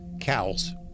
cows